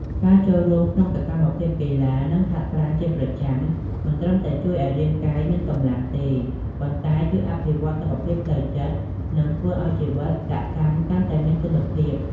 ការចូលរួមក្នុងសកម្មភាពកីឡា និងហាត់ប្រាណជាប្រចាំ មិនត្រឹមតែជួយឲ្យរាងកាយមានកម្លាំងទេ ប៉ុន្តែជួយអភិវឌ្ឍសុខភាពផ្លូវចិត្ត និងធ្វើឲ្យជីវិតសកម្មកាន់តែមានគុណភាព។